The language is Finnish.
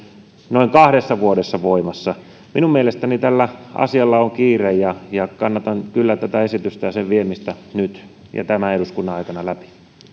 noin kahdessa vuodessa voimassa minun mielestäni tällä asialla on kiire ja ja kannatan kyllä tätä esitystä ja sen viemistä nyt tämän eduskunnan aikana läpi